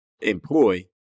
employ